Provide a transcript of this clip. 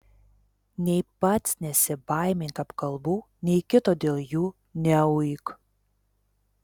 nei pats nesibaimink apkalbų nei kito dėl jų neuik